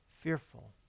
fearful